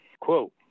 Quote